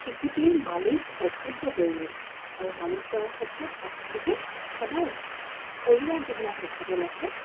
শিশুটিৰ মালিচ অত্যন্ত জৰুৰী আৰু মালিচ কৰাৰ ক্ষেত্ৰত আপোনালোকে সদায় ঘৰুৱা যিবিলাক মিঠাতেল আছে